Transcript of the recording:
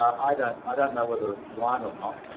i don't i don't know whether it's right or not.